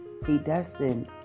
predestined